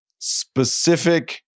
specific